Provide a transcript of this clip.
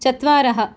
चत्वारः